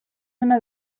una